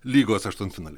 lygos aštuntfinaliai